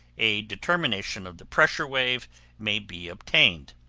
a determination of the pressure wave may be obtained.